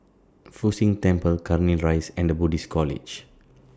Fu Xi Tang Temple Cairnhill Rise and The Buddhist College